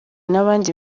n’abandi